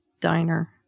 diner